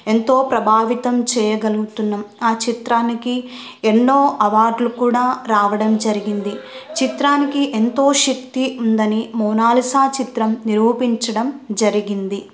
ఎంతో ప్రభావితం చేయగలుగుతున్నాము ఆ చిత్రానికి ఎన్నో అవార్డులు కూడా రావడం జరిగింది చిత్రానికి ఎంతో శక్తి ఉందని మోనాాలీసా చిత్రం నిరూపించడం జరిగింది